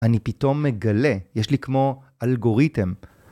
אני פתאום מגלה, יש לי כמו... אלגוריתם.